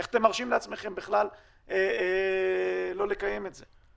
איך אתם מרשים לעצמכם בכלל לא לקיים את זה?